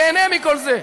ייהנה מכל זה.